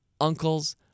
uncles